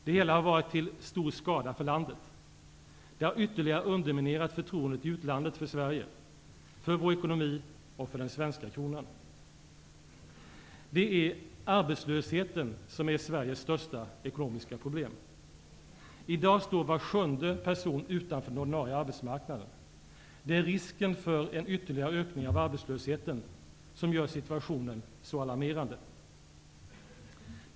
Det hela har varit till stor skada för landet. Det har ytterligare underminerat förtroendet i utlandet för Sverige, för vår ekonomi och för den svenska kronan. Det är arbetslösheten som är Sveriges största ekonomiska problem. I dag står var sjunde person utanför den ordinarie arbetsmarknaden. Det är risken för en ytterligare ökning av arbetslösheten som gör situationen så alarmerande.